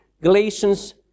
Galatians